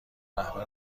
رهبر